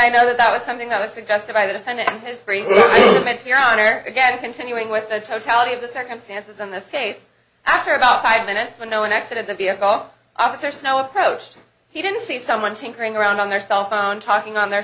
believe that was something that was suggested by the defendant and his three men to your honor again continuing with the totality of the circumstances in this case after about five minutes with no accident the vehicle officer snow approached he didn't see someone tinkering around on their cell phone talking on their